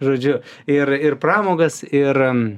žodžiu ir ir pramogas ir